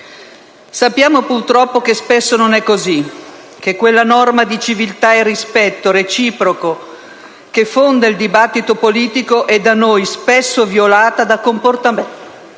Sappiamo purtroppo che spesso non è così, che quella norma di civiltà e rispetto reciproco, che fonda il dibattito politico, è da noi spesso violata da comportamenti,